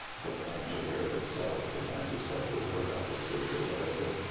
the band took care of itself and i just had to work out the schedule. but i said,